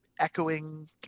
echoing